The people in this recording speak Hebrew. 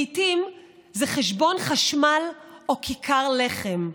לעיתים זה חשבון חשמל או כיכר לחם.